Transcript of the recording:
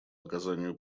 оказанию